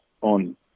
on